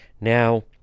now